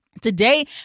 Today